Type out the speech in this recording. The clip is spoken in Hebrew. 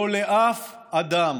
לא לאף אדם.